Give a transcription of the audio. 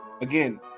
Again